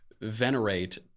venerate